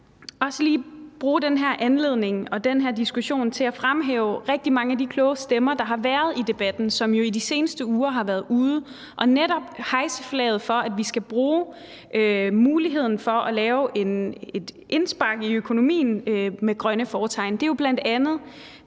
gerne lige bruge den her anledning og den her diskussion til at fremhæve rigtig mange af de kloge stemmer, der har været i debatten, fra folk, som jo i de seneste uger netop har været ude at hejse flaget for, at vi skal bruge muligheden for at lave et indspark i økonomien med grønt fortegn. Det er jo bl.a. de